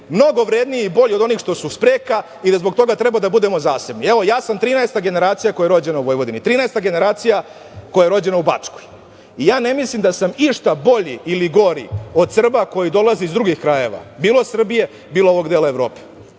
mnogo vredniji i bolji od onih što su spreka i da zbog toga treba da budemo zasebni. Evo, ja sam trinaesta generacija koja je rođena u Vojvodini, trinaesta generacija koja je rođena u Bačkoj. Ja ne mislim da sam išta bolji ili gori od Srba koji dolaze iz drugih krajeva, bilo Srbije, bilo ovog dela Evrope,